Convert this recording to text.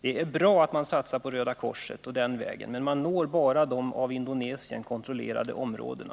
Det är bra att man satsar på Röda korset, men man når bara de av Indonesien kontrollerade områdena.